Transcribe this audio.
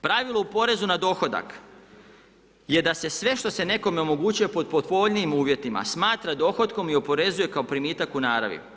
Pravilo u porezu na dohodak je da se sve što se nekome omogućilo pod povoljnijim uvjetima smatra dohotkom i oporezuje kao primitak u naravi.